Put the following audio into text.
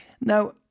Now